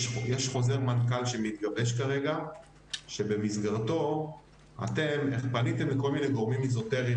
יש חוזר מנכ"ל שמתגבש כרגע שבמסגרתו אתם פניתם לכל מני גורמים אזוטריים,